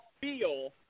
feel